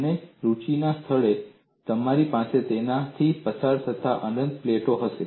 અને રુચિના સ્થળે તમારી પાસે તેમાંથી પસાર થતા અનંત પ્લેનો હશે